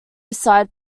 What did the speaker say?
side